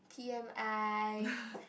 T M I